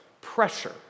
pressure